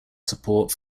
support